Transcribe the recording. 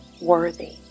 worthy